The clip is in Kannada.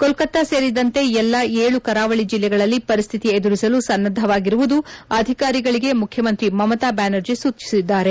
ಕೋಲ್ಕತ್ತಾ ಸೇರಿದಂತೆ ಎಲ್ಲಾ ಏಳು ಕರಾವಳಿ ಜಿಲ್ಲೆಗಳಲ್ಲಿ ಪರಿಸ್ಟಿತಿ ಎದುರಿಸಲು ಸನ್ನಧವಾಗಿರುವುದು ಅಧಿಕಾರಿಗಳಿಗೆ ಮುಖ್ಯಮಂತ್ರಿ ಮಮತಾ ಬ್ಯಾನರ್ಜಿ ಸೂಚಿಸಿದ್ದಾರೆ